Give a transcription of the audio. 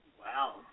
Wow